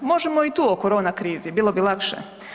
Možemo i tu o koroni krizi, bilo bi lakše.